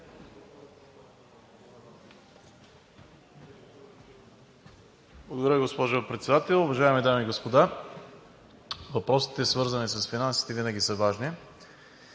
Благодаря, госпожо Председател. Уважаеми дами и господа, въпросите, свързани с финансите, винаги са важни